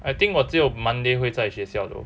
I think 我只有 monday 会在学校 though